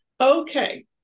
Okay